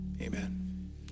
amen